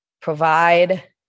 provide